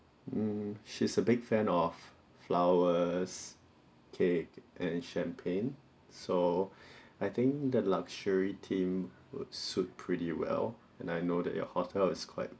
mm she's a big fan of flowers cake and champagne so I think that luxury theme will suit pretty well and I know that your hotel is quite